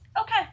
okay